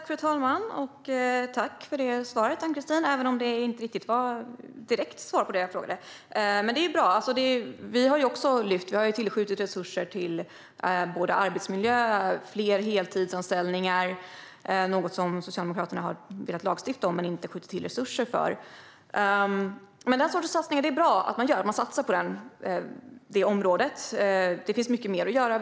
Fru talman! Tack för det svaret, Ann-Christin, även om det inte var något direkt svar på det som jag frågade. Vi har tillskjutit resurser till arbetsmiljö och till fler heltidsanställningar, något som Socialdemokraterna har velat lagstifta om men inte skjutit till resurser för. Det är bra att man satsar på det området, men det finns mycket mer att göra.